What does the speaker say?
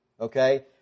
Okay